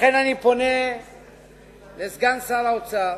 לכן, אני פונה אל סגן שר האוצר